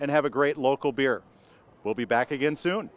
and have a great local beer will be back again soon